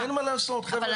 אין מה לעשות, חבר'ה, זהו.